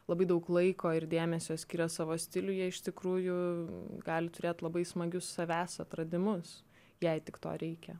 labai daug laiko ir dėmesio skiria savo stiliui iš tikrųjų gali turėi labai smagius savęs atradimus jei tik to reikia